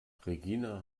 regina